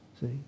See